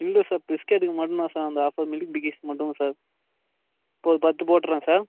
இல்லை சார் பிஸ்கெட்டுக்கு மட்டும் தான் சார் அந்த ஆஃபர் மில்க் பிக்கிஸ்க்கு மட்டும் சார் அப்போ ஒரு பத்து போட்டுறேன் சார்